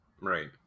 right